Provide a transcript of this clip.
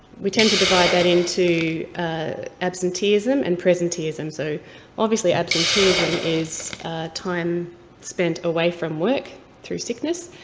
we tend to divide that into ah absenteeism and presenteeism. so obviously absenteeism is time spent away from work through sickness,